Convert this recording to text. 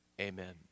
amen